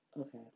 okay